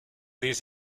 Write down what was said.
these